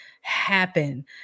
happen